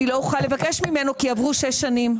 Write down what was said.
אני לא אוכל לבקש ממנו כי עברו שש שנים.